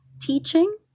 teaching